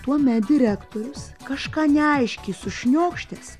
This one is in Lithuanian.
tuomet direktorius kažką neaiškiai sušniokštęs